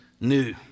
new